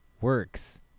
works